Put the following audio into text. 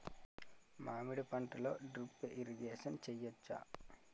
మామిడి పంటలో drip irrigation చేయచ్చా?